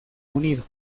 unido